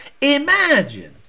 Imagine